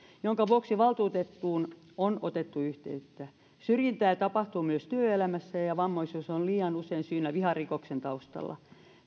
jonka vuoksi valtuutettuun on otettu yhteyttä syrjintää tapahtuu myös työelämässä ja ja vammaisuus on liian usein syynä viharikoksen taustalla